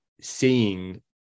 seeing